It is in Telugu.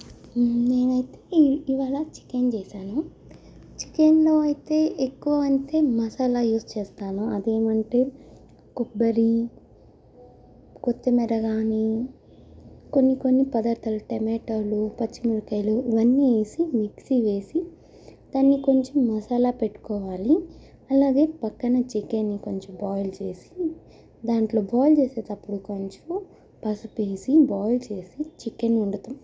నేనైతే ఇవాళ చికెన్ చేశాను చికెన్లో అయితే ఎక్కువంటే మసాలా యూస్ చేస్తాను అదేమంటే కొబ్బరి కొత్తిమీర కానీ కొన్ని కొన్ని పదార్థాలు టమోటాలు పచ్చిమిరపకాయలు ఇవన్నీ వేసి మిక్సీ వేసి దాని కొంచెం మసాలా పెట్టుకోవాలి అలాగే పక్కన చికెన్ కొంచెం బాయిల్ చేసి దాంట్లో బాయిల్ చేసేటప్పుడు కొంచెము పసుపు వేసి బాయిల్ చేసి చికెన్ వండుతాం